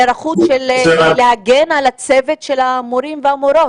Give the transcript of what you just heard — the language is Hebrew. מה עם היערכות להגן על צוות המורים והמורות?